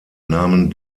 nahmen